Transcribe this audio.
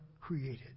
created